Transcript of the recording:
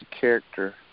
character